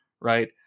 right